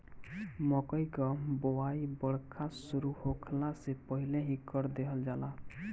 मकई कअ बोआई बरखा शुरू होखला से पहिले ही कर देहल जाला